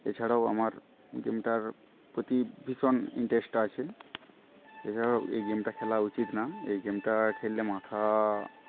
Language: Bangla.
এছাড়াও আমার গেমটার প্রতি ভীষণ ইন্টারেস্ট আছে এছাড়াও এই গেমটা খেলা উচিত না এই গেমটা খেললে মাথা